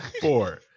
four